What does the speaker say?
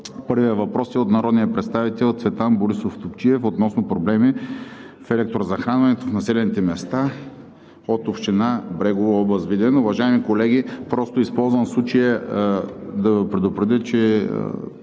Първият въпрос е от народния представител Цветан Борисов Топчиев относно проблемите с електрозахранването в населените места от община Брегово, област Видин. Уважаеми колеги, използвам случая да Ви предупредя, че